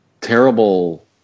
terrible